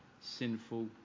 sinful